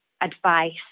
advice